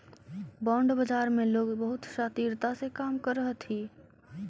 bond बाजार में लोग बहुत शातिरता से काम करऽ हथी